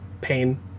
pain